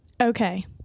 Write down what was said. Okay